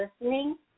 listening